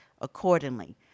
accordingly